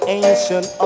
ancient